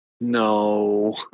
no